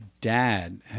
dad